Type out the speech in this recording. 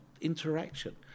interaction